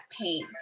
pain